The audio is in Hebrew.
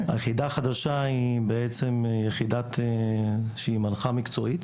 היחידה החדשה היא בעצם יחידה מנחה מקצועית.